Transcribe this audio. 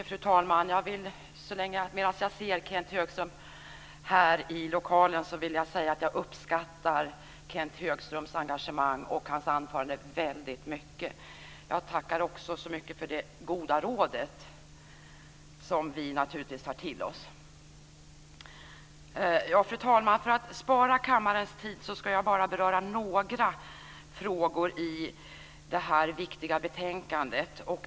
Fru talman! Jag vill säga att jag uppskattar Kenth Högströms engagemang och hans anförande i det förra ärendet väldigt mycket. Jag tackar också för det goda rådet, som vi naturligtvis tar till oss. Fru talman! För att spara kammarens tid ska jag bara beröra några frågor i detta viktiga betänkande.